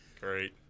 Great